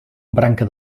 branca